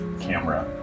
camera